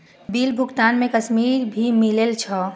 Bill भुगतान में commission भी मिले छै?